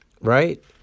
Right